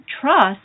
trust